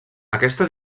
aquesta